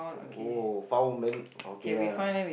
oh found man okay ah